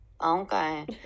Okay